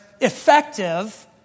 effective